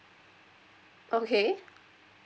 okay